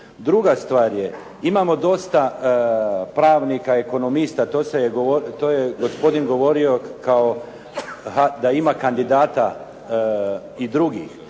Druga stvar je imamo dosta pravnika, ekonomiste, to se je gospodin govorio da ima kandidata i drugih.